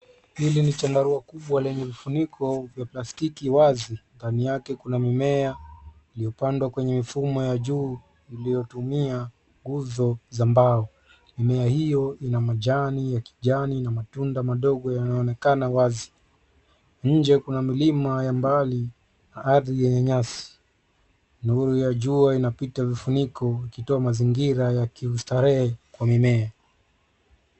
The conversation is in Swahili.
Hili ni chandarua kubwa lenye vifuniko vya plastiki wazi. Ndani yake kuna mimea iliyopandwa kwenye mifumo ya juu iliyotumia nguzo za mbao. Mimea hio ina majani ya kijani na matunda madogo yanaonekana wazi. Nje kuna milima ya mbali na ardhi yenye nyasi. Nuru ya jua inapita vifuniko ikitoa mazingira ya kiustarehe kwa mimea.